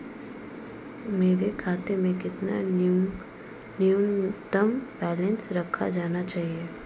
मेरे खाते में कितना न्यूनतम बैलेंस रखा जाना चाहिए?